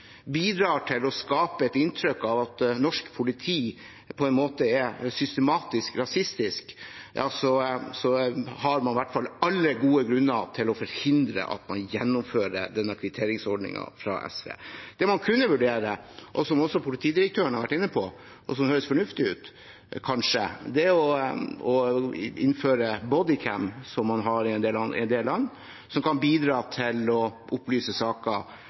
bidrar til å skape et inntrykk av at norsk politi er systematisk rasistisk, da har man i hvert fall alle gode grunner til å forhindre at man gjennomfører denne kvitteringsordningen fra SV. Det man kunne vurdere, som også politidirektøren har vært inne på, og som høres fornuftig ut – kanskje – er å innføre «bodycam», slik man har i en del land, som kan bidra til å opplyse saker,